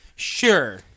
Sure